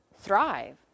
thrive